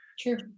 Sure